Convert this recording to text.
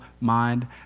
mind